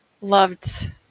loved